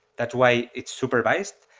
that's why it's supervises.